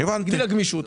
בשביל הגמישות.